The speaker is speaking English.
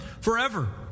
forever